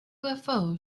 ufo